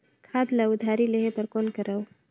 खाद ल उधारी लेहे बर कौन करव?